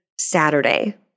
Saturday